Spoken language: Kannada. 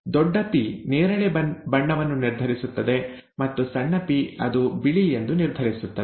ದೊಡ್ಡ ಪಿ ನೇರಳೆ ಬಣ್ಣವನ್ನು ನಿರ್ಧರಿಸುತ್ತದೆ ಮತ್ತು ಸಣ್ಣ ಪಿ ಅದು ಬಿಳಿ ಎಂದು ನಿರ್ಧರಿಸುತ್ತದೆ